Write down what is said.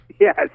Yes